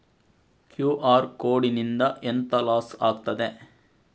QR code ನಿಂದ ಎಂತ loss ಆಗ್ತದೆ?